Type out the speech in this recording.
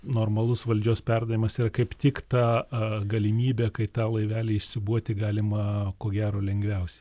normalus valdžios perdavimas yra kaip tik ta galimybė kai tą laivelį įsiūbuoti galima ko gero lengviausia